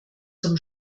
zum